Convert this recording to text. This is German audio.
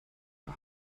der